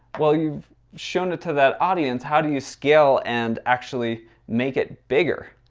well, you've shown it to that audience. how do you scale and actually make it bigger.